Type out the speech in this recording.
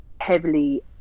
heavily